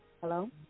Hello